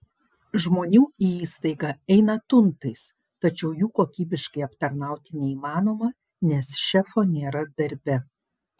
žmonių į įstaigą eina tuntais tačiau jų kokybiškai aptarnauti neįmanoma nes šefo nėra darbe